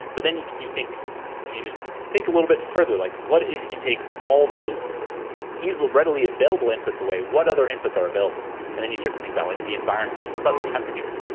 but then, you think you just think a little bit further. like what if you take all those readily available inputs away? what other inputs are available, and then, you start to think about like the environment. what about the temperature?